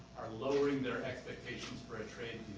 are lowering their expectations for a trade